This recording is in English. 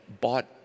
bought